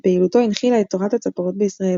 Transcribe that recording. ופעילותו הנחילה את תורת הצפרות בישראל,